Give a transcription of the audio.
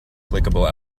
clickable